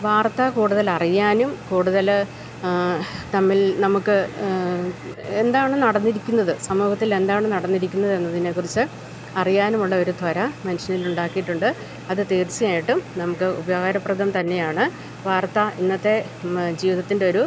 വാർത്ത കൂടുതലറിയാനും കൂടുതല് തമ്മിൽ നമുക്ക് എന്താണ് നടന്നിരിക്കുന്നത് സമൂഹത്തിലെന്താണ് നടന്നിരിക്കുന്നതെന്നതിനെക്കുറിച്ച് അറിയാനുമുള്ളൊരു ത്വര മനുഷ്യനിലുണ്ടാക്കിയിട്ടുണ്ട് അത് തീർച്ചയായിട്ടും നമുക്ക് ഉപകാരപ്രദം തന്നെയാണ് വാർത്ത ഇന്നത്തെ ജീവിതത്തിന്റെയൊരു